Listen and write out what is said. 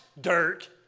dirt